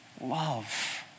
love